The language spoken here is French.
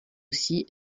aussi